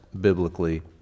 biblically